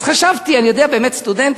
אז חשבתי, אני יודע, סטודנטים.